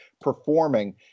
performing